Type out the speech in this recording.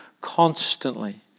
constantly